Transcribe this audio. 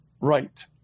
right